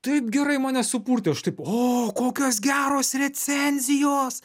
taip gerai mane supurtė aš taip o kokios geros recenzijos